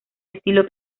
estilo